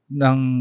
ng